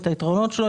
את היתרונות שלו,